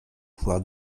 pouvoir